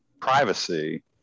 privacy